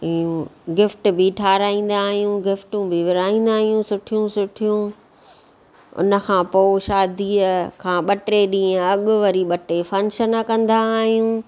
gift बि ठाराईंदा आहियूं गिफ़्टूं बि विरहाईंदा आहियूं सुठियूं सुठियूं उनखां पोइ शादीअ खां ॿ टे ॾींहं अॻु वरी ॿ टे फंक्शन कंदा आहियूं